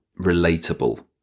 relatable